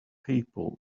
people